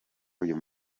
uyu